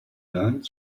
learned